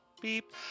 Beep